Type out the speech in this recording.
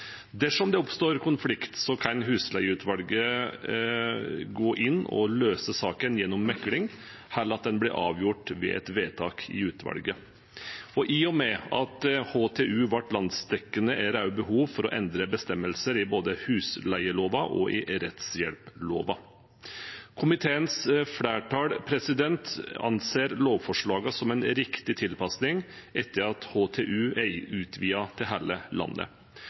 Dersom det oppstår konflikt, kan Husleietvistutvalget gå inn og løse saken gjennom megling i stedet for at den blir avgjort ved et vedtak i utvalget. I og med at HTU ble landsdekkende, er det også behov for å endre bestemmelser i både husleieloven og i rettshjelploven. Komiteens flertall anser lovforslagene som en riktig tilpasning etter at HTU er utvidet til hele landet.